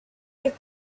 epoch